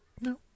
No